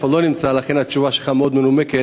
איפה הוא לא נמצא לכן התשובה שלך מאוד מנומקת,